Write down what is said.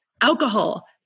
alcohol